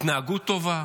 התנהגות טובה,